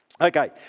Okay